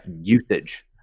usage